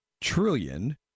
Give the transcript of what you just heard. trillion